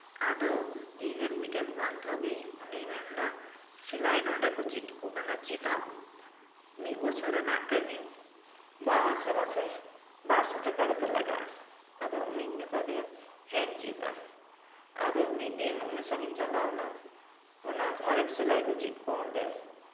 ᱟᱫᱚ ᱤᱧ ᱨᱮᱱ ᱢᱤᱫᱴᱟᱱ ᱵᱟᱱᱫᱷᱚᱵᱤ ᱩᱱᱤᱭ ᱢᱮᱱ ᱮᱫᱟ ᱥᱮᱞᱟᱭ ᱱᱚᱰᱮ ᱠᱚ ᱪᱮᱫ ᱟᱠᱚ ᱠᱟᱱᱟ ᱪᱮᱫᱟᱢ ᱢᱤᱫ ᱵᱚᱪᱷᱚᱨ ᱨᱮᱭᱟᱜ ᱴᱮᱨᱱᱤᱝ ᱢᱟᱥᱮ ᱢᱟᱥᱮ ᱵᱟᱨᱥᱚ ᱴᱟᱠᱟ ᱠᱟᱛᱮᱫ ᱞᱟᱜᱟᱜᱼᱟ ᱟᱫᱚ ᱩᱱᱤᱧ ᱢᱮᱛᱟ ᱫᱮᱭᱟ ᱦᱮᱸᱧ ᱪᱮᱫᱟ ᱟᱫᱚ ᱢᱤᱫ ᱫᱤᱱ ᱩᱱᱤ ᱥᱟᱶ ᱤᱧ ᱪᱟᱞᱟᱣ ᱮᱱᱟ ᱚᱱᱟ ᱡᱟᱦᱟᱸᱨᱮ ᱥᱤᱞᱟᱹᱭ ᱠᱚ ᱪᱮᱫ ᱟᱠᱚ ᱚᱸᱰᱮ